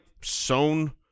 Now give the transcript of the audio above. sewn